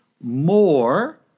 more